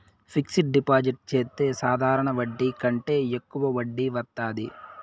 fixed deposit చెత్తే సాధారణ వడ్డీ కంటే యెక్కువ వడ్డీ వత్తాది